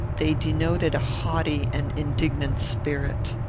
they denoted a haughty and indignant spirit.